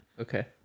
Okay